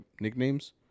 nicknames